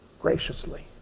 graciously